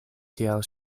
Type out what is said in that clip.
kial